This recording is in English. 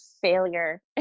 failure